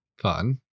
Fun